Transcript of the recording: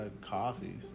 coffee